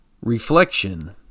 Reflection